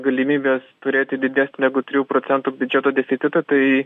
galimybes turėti didesnį negu trijų procentų biudžeto deficitą tai